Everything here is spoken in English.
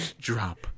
drop